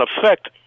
effect